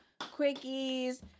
Quickies